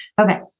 Okay